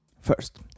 First